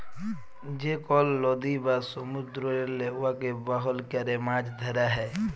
যে কল লদী বা সমুদ্দুরেল্লে উয়াকে বাহল ক্যরে মাছ ধ্যরা হ্যয়